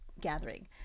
gathering